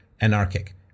anarchic